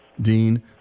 Dean